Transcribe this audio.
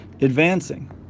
advancing